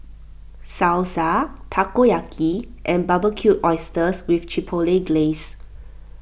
Salsa Takoyaki and Barbecued Oysters with Chipotle Glaze